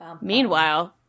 Meanwhile